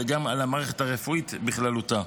אלא גם על המערכת הרפואית בכללותה.